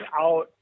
out